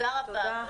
תודה רבה.